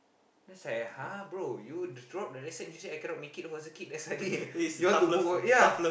then it's like !huh! bro you throughout the lesson you said I cannot make it for circuit then suddenly you want to book ya